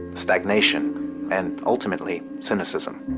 stagnation and ultimately, cynicism